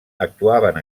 actuaven